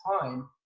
time